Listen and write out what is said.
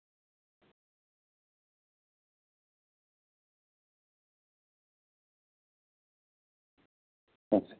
ᱟᱪᱪᱷᱟ